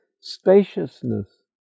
spaciousness